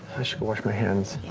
should go wash my hands.